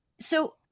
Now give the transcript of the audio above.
So-